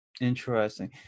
Interesting